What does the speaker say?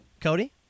Cody